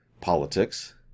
Politics